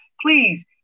please